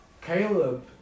Caleb